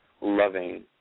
loving